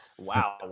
Wow